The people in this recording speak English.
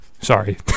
Sorry